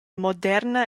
moderna